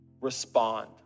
respond